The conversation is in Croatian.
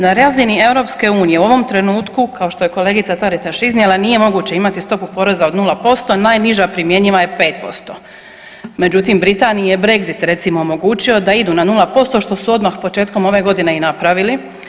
Na razini EU u ovom trenutku kao što je kolegica Taritaš iznijela nije moguće imati stopu poreza od 0%, najniža primjenjiva je 5%, međutim Britaniji je Brexit recimo omogućio da idu na 0% što su odmah početkom ove godine i napravili.